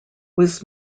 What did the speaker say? was